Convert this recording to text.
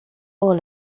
all